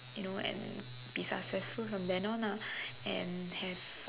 you know and be successful from then on lah and have